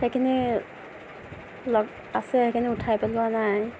সেইখিনিত অলপ আছে সেইখিনি উঠাই পেলোৱা নাই